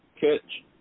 catch